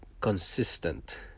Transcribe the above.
consistent